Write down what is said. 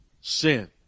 Sin